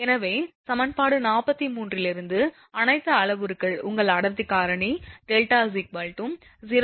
எனவே சமன்பாடு 43 இலிருந்து அனைத்து அளவுருக்கள் உங்கள் அடர்த்தி காரணி δ 0